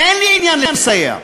אין לי עניין לסייע.